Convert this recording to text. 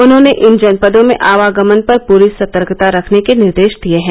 उन्होंने इन जनपदों में आवागमन पर पूरी सतर्कता रखने के निर्देश दिए हैं